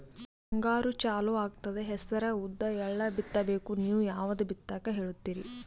ಮುಂಗಾರು ಚಾಲು ಆಗ್ತದ ಹೆಸರ, ಉದ್ದ, ಎಳ್ಳ ಬಿತ್ತ ಬೇಕು ನೀವು ಯಾವದ ಬಿತ್ತಕ್ ಹೇಳತ್ತೀರಿ?